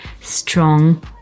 strong